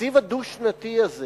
שבתקציב הדו-שנתי הזה